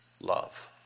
love